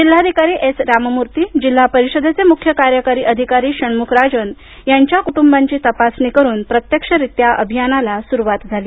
जिल्हाधिकारी एस राममूर्ती जिल्हा परीषदेचे मुख्य कार्यकारी अधिकारी षणमुख राजन यांच्या कुटुंबाची तपासणी करून प्रत्यक्षरित्या अभियानाला सुरुवात झाली